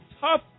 tough